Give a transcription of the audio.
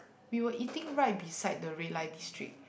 we were eating right beside the red light district